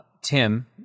Tim